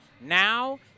now